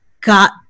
got